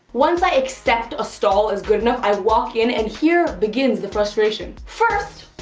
once i accept a stall is good enough, i walk in and here begins the frustration. first,